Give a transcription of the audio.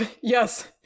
Yes